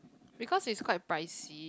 because is quite pricey